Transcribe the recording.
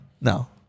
No